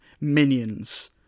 Minions